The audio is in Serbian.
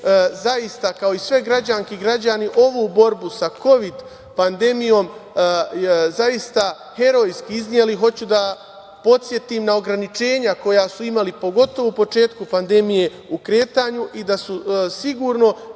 zaista, kao i sve građanke i građani, ovu borbu sa Kovid pandemijom zaista herojski izneli. Hoću da podsetim na ograničenja koja su imali, pogotovo početkom pandemije u kretanju i da su sigurno